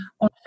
on